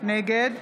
נגד